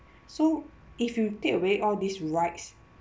so if you take away all these rights